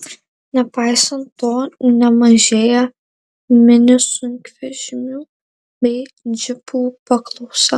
nepaisant to nemažėja mini sunkvežimių bei džipų paklausa